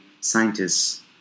scientists